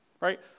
right